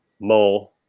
mole